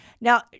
Now